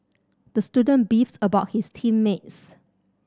the student beefed about his team mates